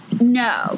No